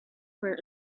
for